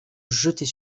jeter